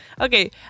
Okay